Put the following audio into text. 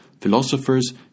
philosophers